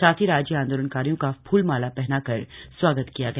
साथ ही राज्य आंदोलनकारियों का फूलमाला पहनाकर स्वागत किया गया